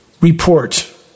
report